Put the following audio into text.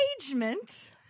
engagement